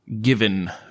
Given